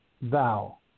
thou